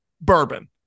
bourbon